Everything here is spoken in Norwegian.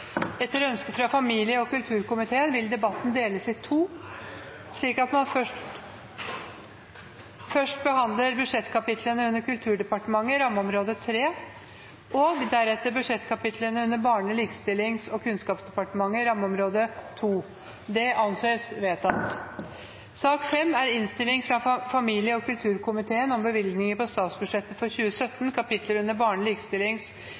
Etter ønske fra familie- og kulturkomiteen vil presidenten foreslå at debatten deles i to, slik at man først behandler budsjettkapitlene under Kulturdepartementet, rammeområde 3, og deretter budsjettkapitlene under Barne-, likestillings- og kunnskapsdepartementet, rammeområde 2. – Det anses vedtatt. Etter ønske fra familie- og kulturkomiteen